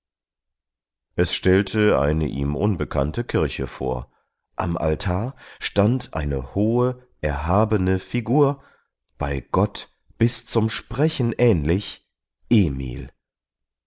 es stellte eine ihm unbekannte kirche vor am altar stand eine hohe erhabene figur bei gott bis zum sprechen ähnlich emil